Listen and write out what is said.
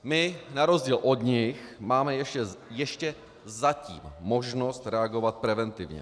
My na rozdíl od nich máme ještě zatím možnost reagovat preventivně.